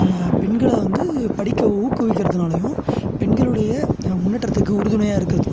பெண்களை வந்து படிக்க ஊக்குவிக்கிறதுனாலேயும் பெண்களுடைய முன்னேற்றத்திற்கு உறுதுணையாக இருக்கிறதுனாலையும்